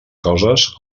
coses